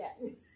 Yes